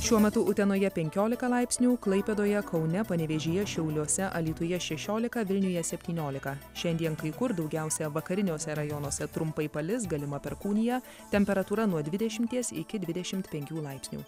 šiuo metu utenoje penkiolika laipsnių klaipėdoje kaune panevėžyje šiauliuose alytuje šešiolika vilniuje septyniolika šiandien kai kur daugiausia vakariniuose rajonuose trumpai palis galima perkūnija temperatūra nuo dvidešimties iki dvidešimt penkių laipsnių